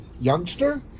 youngster